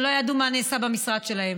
ולא ידעו מה נעשה במשרד שלהם,